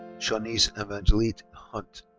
shawneece evangelette hunt.